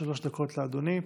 שלוש דקות לאדוני.